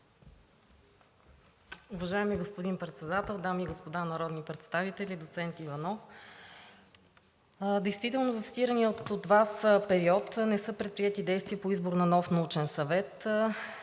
Уважаеми господин Председател, дами и господа народни представители! Доцент Иванов, действително за цитирания от Вас период не са предприети действия по избор на нов Научен съвет